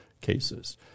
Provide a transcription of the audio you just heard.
cases